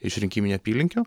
iš rinkiminių apylinkių